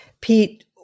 Pete